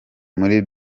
muri